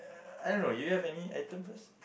I don't know do you have any items first